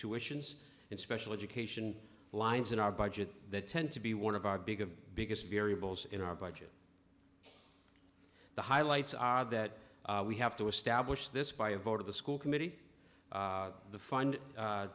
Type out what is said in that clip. tuitions and special education lines in our budget that tend to be one of our big of biggest variables in our budget the highlights are that we have to establish this by a vote of the school committee the